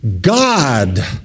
god